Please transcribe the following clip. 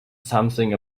something